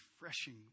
refreshing